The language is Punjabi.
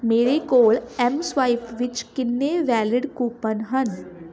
ਮੇਰੇ ਕੋਲ ਐੱਮਸਵਾਇਪ ਵਿੱਚ ਕਿੰਨੇ ਵੈਲੀਡ ਕੂਪਨ ਹਨ